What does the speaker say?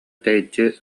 тэйиччи